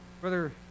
Brother